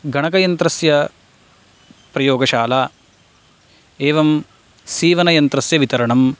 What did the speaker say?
गणकयन्त्रस्य प्रयोगशाला एवं सीवनयन्त्रस्य वितरणं